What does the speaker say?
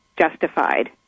justified